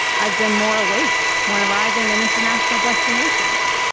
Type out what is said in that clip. i've been more awake when arriving in international destinations.